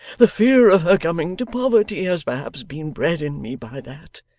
the fear of her coming to poverty has perhaps been bred in me by that.